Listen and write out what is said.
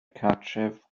cartref